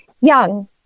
young